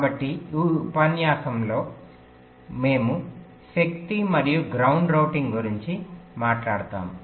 కాబట్టి ఈ ఉపన్యాసంలో మేము శక్తి మరియు గ్రౌండ్ రూటింగ్ గురించి మాట్లాడుతాము